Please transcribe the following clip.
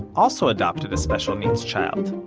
also adopted a special needs child,